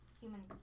human